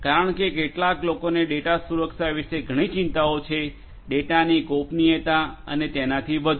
કારણ કે કેટલાક લોકોને ડેટા સુરક્ષા વિશે ઘણી ચિંતાઓ છે ડેટાની ગોપનીયતા અને તેનાથી વધુ